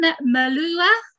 Malua